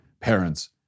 parents